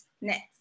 Next